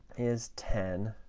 is ten